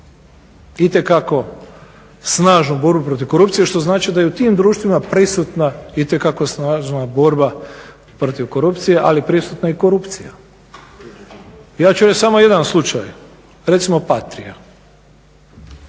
itekako snažnu borbu protiv korupcije što znači da je i u tim društvima prisutna itekako snažna borba protiv korupcije ali prisutna je i korupcija. Ja ću reći samo jedan slučaj, recimo Patria.